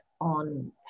on